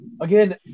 Again